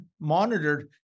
monitored